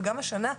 וגם השנה,